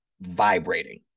vibrating